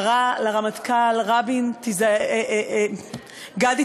קרא לרמטכ"ל: גדי,